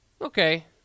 Okay